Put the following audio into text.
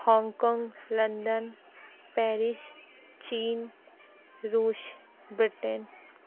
Hong Kong London Paris China Russia Britain